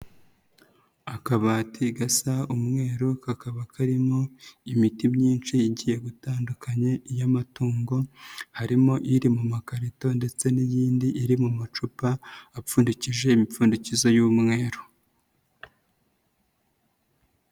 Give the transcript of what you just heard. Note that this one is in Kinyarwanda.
Akabati gasa umweru kakaba karimo imiti myinshi igiye butandukanye iy'amatungo, harimo iri mu makarito ndetse n'iyindi iri mu macupa, apfundikije imipfundikizo y'umweru.